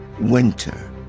winter